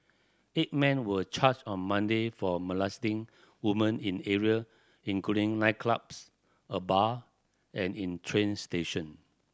eight men were charged on Monday for molesting woman in area including nightclubs a bar and in train station